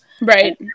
Right